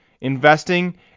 investing